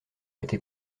été